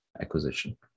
acquisition